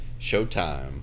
Showtime